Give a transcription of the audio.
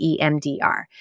EMDR